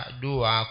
dua